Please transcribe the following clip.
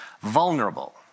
vulnerable